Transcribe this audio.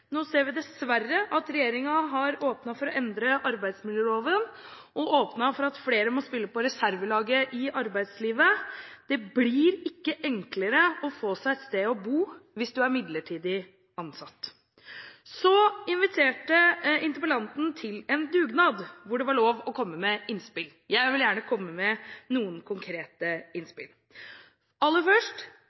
Nå ser vi dessverre at regjeringen har åpnet for å endre arbeidsmiljøloven og for at flere må spille på reservelaget i arbeidslivet. Det blir ikke enklere å få seg et sted å bo hvis en er midlertidig ansatt. Interpellanten inviterte til dugnad, og det var lov å komme med innspill. Jeg vil gjerne komme med noen konkrete innspill. Aller først: